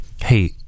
hey